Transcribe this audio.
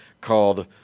called